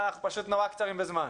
אבל אנחנו פשוט קצרים בזמן.